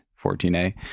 14a